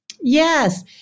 Yes